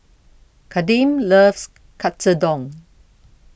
Kadeem loves Katsudon